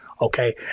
Okay